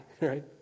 right